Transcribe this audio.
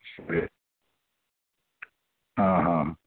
ಸರಿ ಹಾಂ ಹಾಂ